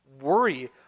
worry